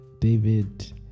David